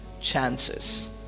chances